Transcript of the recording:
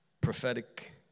prophetic